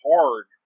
hard